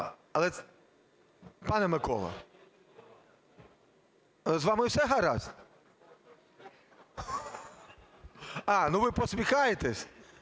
Пане Микола, з вами все гаразд? А, ну, ви посміхаєтесь,